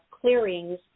clearings